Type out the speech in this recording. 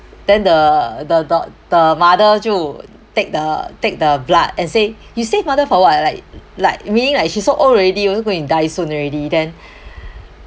then the the da~ the mother 就 take the take the blood and say you save mother for what like like meaning like she's so old already also going to die soon already then